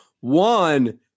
One –